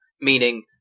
Meaning